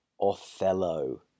Othello